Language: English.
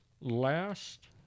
Last